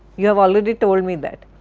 you have already told me that.